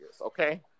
okay